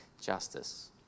justice